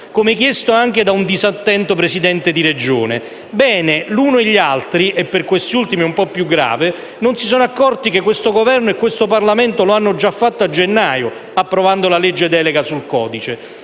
come chiesto anche da un disattento Presidente di Regione. Bene, gli uni e gli altri, e per questi ultimi è un po' più grave, non si sono accorti che questo Governo e questo Parlamento lo hanno già fatto a gennaio, approvando la legge delega sul codice,